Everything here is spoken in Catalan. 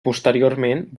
posteriorment